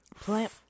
plant